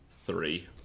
Three